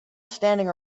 standing